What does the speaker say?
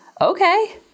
Okay